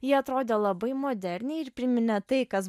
jie atrodė labai moderniai ir priminė tai kas